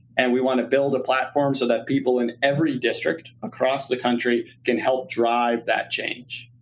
and we want to build a platform so that people in every district across the country can help drive that change.